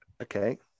Okay